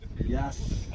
Yes